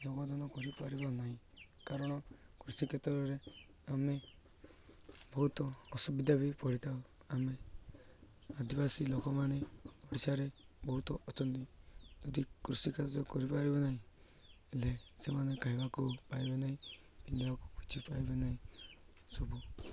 ଯୋଗଦାନ କରିପାରିବ ନାହିଁ କାରଣ କୃଷି କ୍ଷେତ୍ରରେ ଆମେ ବହୁତ ଅସୁବିଧା ବି ପଡ଼ିଥାଉ ଆମେ ଆଦିବାସୀ ଲୋକମାନେ ଓଡ଼ିଶାରେ ବହୁତ ଅଛନ୍ତି ଯଦି କୃଷି କାର୍ଯ୍ୟ କରିପାରିବ ନାହିଁ ହେଲେ ସେମାନେ ଖାଇବାକୁ ପାଇବେ ନାହିଁ ପିନ୍ଧିବାକୁ କିଛି ପାଇବେ ନାହିଁ ସବୁ